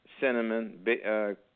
cinnamon